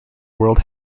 world